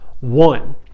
One